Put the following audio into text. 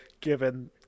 given